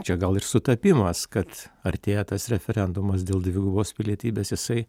čia gal ir sutapimas kad artėja tas referendumas dėl dvigubos pilietybės jisai